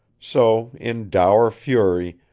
so, in dour fury,